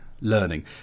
learning